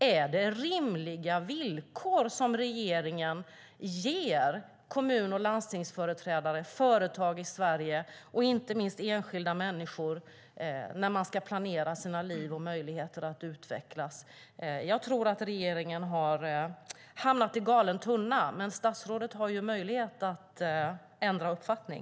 Är det rimliga villkor som regeringen ger kommun och landstingsföreträdare, företag i Sverige och inte minst enskilda människor när de ska planera sina liv och möjligheter att utvecklas? Jag tror att regeringen har hamnat i galen tunna. Men statsrådet har möjlighet att ändra uppfattning.